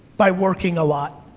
by working a lot.